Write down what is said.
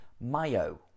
Mayo